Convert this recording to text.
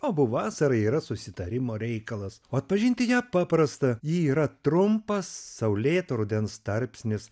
bobų vasara yra susitarimo reikalas o atpažinti ją paprasta ji yra trumpas saulėto rudens tarpsnis